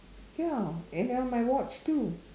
ya and in on my watch too